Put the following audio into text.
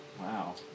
Wow